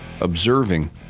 observing